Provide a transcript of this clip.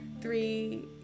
three